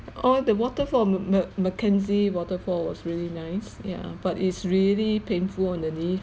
orh the waterfall m~ m~ mackenzie waterfall was really nice ya but it's really painful on the knee